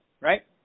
right